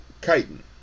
chitin